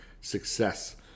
success